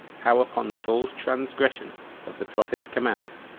how, upon saul's transgression of the prophet's commands,